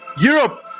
Europe